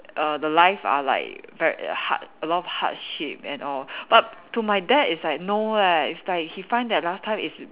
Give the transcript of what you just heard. err the life are like ver~ hard a lot of hardship and all but to my dad is like no eh is like he find that last time is